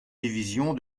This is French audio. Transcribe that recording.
division